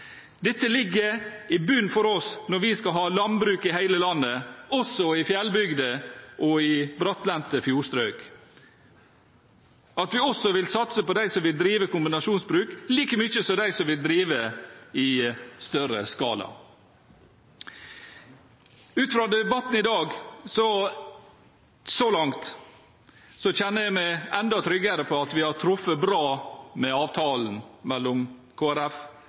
Dette ligger i bunnen for oss når vi skal ha landbruk i hele landet, også i fjellbygder og i brattlendte fjordstrøk, at vi også vil satse på dem som vil drive kombinasjonsbruk, like mye som dem som vil drive i større skala. Ut fra debatten så langt i dag kjenner jeg meg enda tryggere på at vi har truffet bra med avtalen mellom